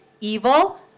evil